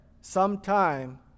sometime